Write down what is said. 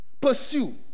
Pursue